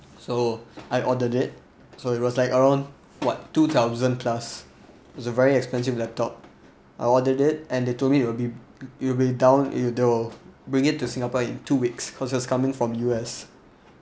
so I ordered it so it was like around what two thousand plus is a very expensive laptop I ordered it and they told me it will be it will be down they will bring it to singapore in two weeks cause it was coming from U_S